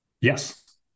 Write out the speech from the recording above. yes